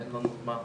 אין לנו זמן,